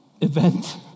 event